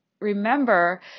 remember